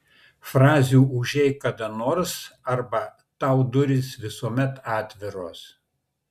frazių užeik kada nors arba tau durys visuomet atviros